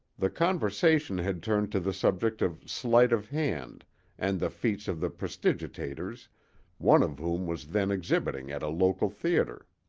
the conversation had turned to the subject of sleight-of-hand and the feats of the prestidigitateurs one of whom was then exhibiting at a local theatre.